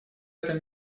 этом